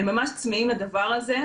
הם ממש צמאים לדבר הזה,